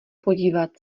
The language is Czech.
podívat